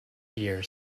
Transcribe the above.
ear